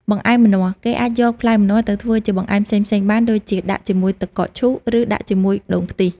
បង្អែមម្នាស់ គេអាចយកផ្លែម្នាស់ទៅធ្វើជាបង្អែមផ្សេងៗបាន ដូចជាដាក់ជាមួយទឹកកកឈូស ឬដាក់ជាមួយដូងខ្ទិះ។